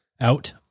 out